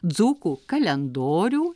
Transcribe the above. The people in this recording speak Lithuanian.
dzūkų kalendorių